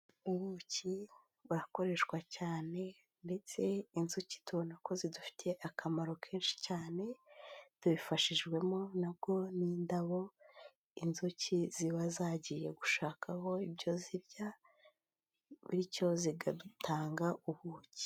Ubuki burakoreshwa cyane ndetse inzuki tubona ko zidufitiye akamaro kenshi cyane, tubifashijwemo nabwo n'indabo inzuki ziba zagiye gushakaho ibyo zirya, bityo zigatanga ubuki.